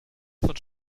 von